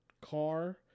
car